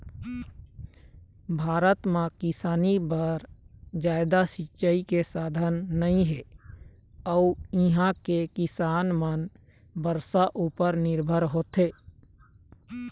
भारत म किसानी बर जादा सिंचई के साधन नइ हे अउ इहां के किसान मन बरसा उपर निरभर होथे